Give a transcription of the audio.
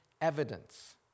evidence